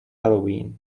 halloween